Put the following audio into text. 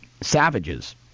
savages